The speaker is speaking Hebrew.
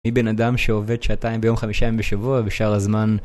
אני בן אדם שעובד שעתיים ביום חמישה בשבוע ושאר הזמן